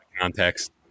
context